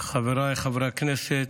חבריי חברי הכנסת,